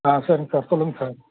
ஆ சரிங்க சார் சொல்லுங்க சார்